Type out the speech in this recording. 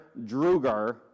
Drugar